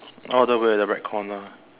all the way at the right corner